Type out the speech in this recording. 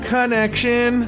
Connection